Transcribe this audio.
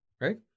right